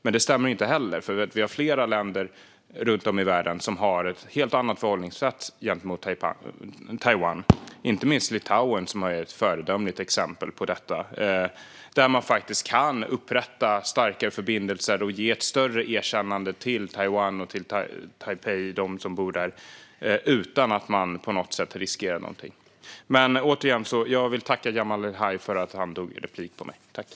Men det stämmer inte heller eftersom det finns flera länder runt om i världen som har ett helt annat förhållningssätt gentemot Taiwan. Inte minst Litauen är ett föredömligt exempel på detta. Det går att upprätta starkare förbindelser och ge ett större erkännande till Taiwan och dem som bor i Taipei utan att man på något sätt riskerar någonting. Jag tackar Jamal El-Haj för att han begärde replik på mitt anförande.